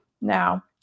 now